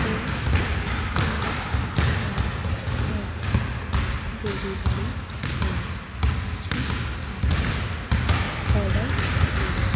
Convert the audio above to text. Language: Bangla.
ও আমরা মাঝেমধ্যে ডেলিভারি করি কিছু খাবার অর্ডার করি